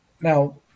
Now